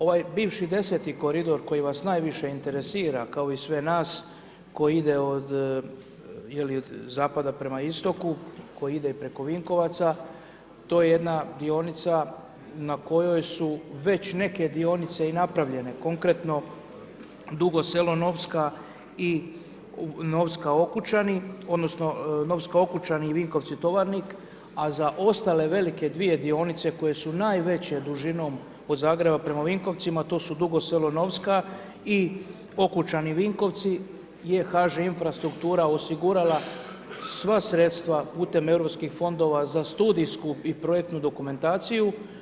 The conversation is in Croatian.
Ovaj bivši 10 koridor koji vas najviše interesira, kao i sve na koji ide od jeli od zapada prema istoku koji ide i preko Vinkovaca, to je jedna dionica na kojoj su već neke dionice i napravljene konkretno Dugo Selo - Novska i Novska - Okučani, odnosno Novska - Okučani i Vinkovci - Tovarnik a za ostale velike dvije dionice koje su najveće dužinom od Zagreba prema Vinkovcima to su Dugo Selo – Novska i Okučani – Vinkovci je HŽ infrastruktura osigurala sva sredstva putem EU fondova za studijsku i projektnu dokumentaciju.